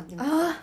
what's that